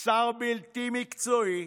שר בלתי מקצועי,